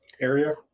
area